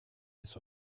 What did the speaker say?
des